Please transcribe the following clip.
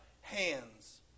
hands